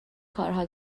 کارها